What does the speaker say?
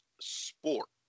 sport